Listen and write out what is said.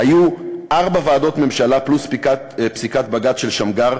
היו ארבע ועדות ממשלה, פלוס פסיקת בג"ץ של שמגר,